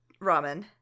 ramen